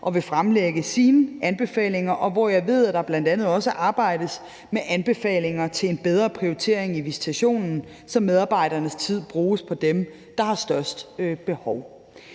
den vil fremlægge sine anbefalinger, og hvor jeg ved, at der bl.a. også arbejdes med anbefalinger til en bedre prioritering i visitationen, så medarbejdernes tid bruges på dem, der har størst behov.